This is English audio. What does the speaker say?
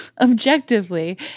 objectively